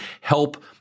help